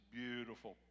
beautiful